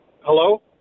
hello